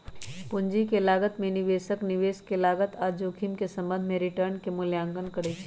पूंजी के लागत में निवेशक निवेश के लागत आऽ जोखिम के संबंध में रिटर्न के मूल्यांकन करइ छइ